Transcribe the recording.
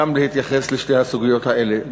גם להתייחס לשתי הסוגיות האלה,